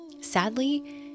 Sadly